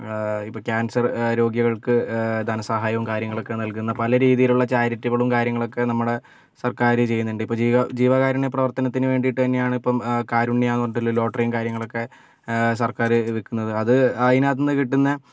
ഇപ്പോൾ ക്യാൻസർ രോഗികൾക്ക് ധനസഹായവും കാര്യങ്ങളൊക്കെ നൽകുന്ന പല രീതിയിലുള്ള ചാരിറ്റികളും കാര്യങ്ങളൊക്കെ നമ്മുടെ സർക്കാർ ചെയ്യുന്നുണ്ട് ഇപ്പോൾ ജീവ ജീവകാരുണ്യ പ്രവർത്തനത്തിന് വേണ്ടിയിട്ട് തന്നെയാണ് ഇപ്പം കാരുണ്യ എന്ന് പറഞ്ഞിട്ടുള്ള ലോട്ടറിയും കാര്യങ്ങളൊക്കെ സർക്കാര് വിൽക്കുന്നത് അത് അതിനകത്ത് നിന്ന് കിട്ടുന്ന